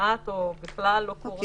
כמעט לא קורה או בכלל לא קורה.